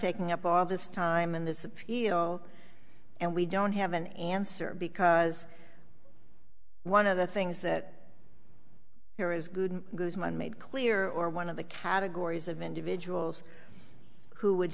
taking up all this time in this appeal and we don't have an answer because one of the things that here is good guzman made clear or one of the categories of individuals who would